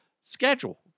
schedule